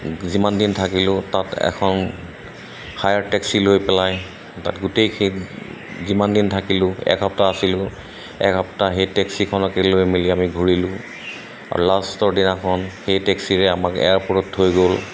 যিমান দিন থাকিলোঁ তাত এখন হায়াৰ টেক্সি লৈ পেলাই তাত গোটেই সেই যিমান দিন থাকিলোঁ এসপ্তাহ আছিলোঁ এসপ্তাহ সেই টেক্সিখনকে লৈ মেলি আমি ঘূৰিলোঁ আৰু লাষ্টৰ দিনাখন সেই টেক্সিৰে আমাক এয়াৰপৰ্টত থৈ গ'ল